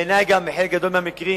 בעיני, בחלק גדול מהמקרים